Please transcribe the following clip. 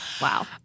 Wow